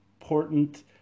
important